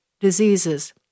diseases